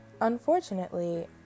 Unfortunately